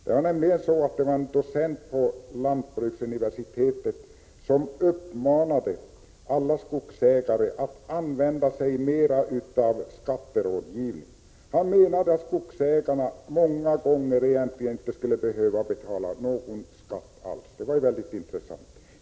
Det var en docent på lantbruksuniversitetet som uppmanade alla skogsägare att använda sig mer av skatterådgivning. Han menade att skogsägarna många gånger egentligen inte skulle behöva betala någon skatt alls. Det var mycket intressant.